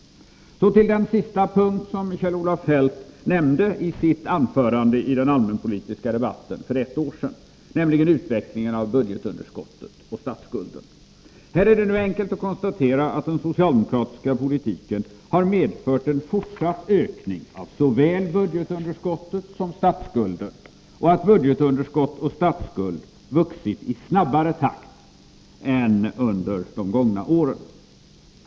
Så till den sista punkt som Kjell-Olof Feldt nämnde i sitt anförande i allmänpolitiska debatten för ett år sedan, nämligen utvecklingen av budgetunderskottet och statsskulden. Här är det nu enkelt att konstatera att den socialdemokratiska politiken har medfört en fortsatt ökning av såväl budgetunderskottet som statsskulden och att budgetunderskott och statsskuld vuxit i snabbare takt än under de gångna åren.